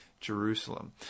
Jerusalem